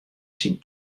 syn